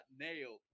nailed